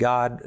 God